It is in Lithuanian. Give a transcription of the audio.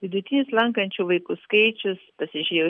vidutinis lankančių vaikų skaičius pasižiūrėjau